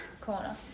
corner